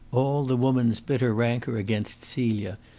all the woman's bitter rancour against celia,